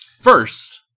First